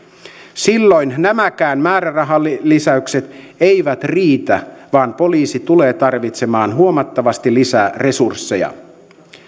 silloin nämäkään määrärahalisäykset eivät riitä vaan poliisi tulee tarvitsemaan huomattavasti lisää resursseja